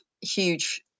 huge